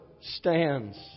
stands